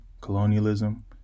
colonialism